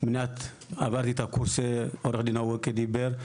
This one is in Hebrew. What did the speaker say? עברתי את הקורס שעו"ד אווקה דיבר.